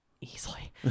Easily